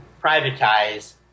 privatize